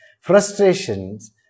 frustrations